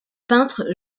peintre